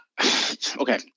okay